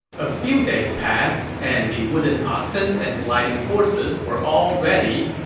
a few days passed and the wooden oxens and gliding horses were all ready,